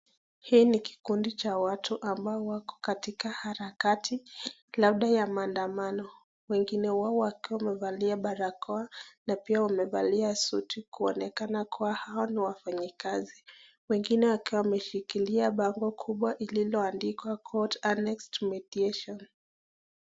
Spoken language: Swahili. Hii ni kikundi cha watu wako kwa harakati labda ya maandamano. Wengine wao wakiwa wamevalia barakoa na pia wamevali suti kuonekana kuwa hao ni wafanyi kazi. Wengine wakiwa wameshikilia bango kubwa ililo andikwa Court annexed mediation .